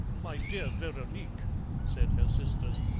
my dear veronique said her sisters,